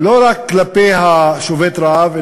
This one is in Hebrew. לא רק כלפי שובת הרעב,